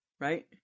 right